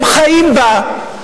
הם חיים בה,